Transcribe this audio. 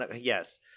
yes